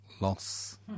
loss